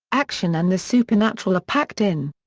action and the supernatural are packed in.